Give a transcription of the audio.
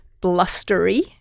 blustery